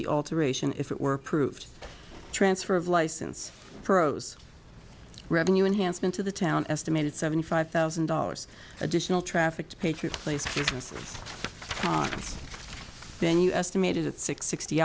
the alteration if it were approved transfer of license pros revenue enhancement to the town estimated seventy five thousand dollars additional traffic to patriot place then you estimated at sixty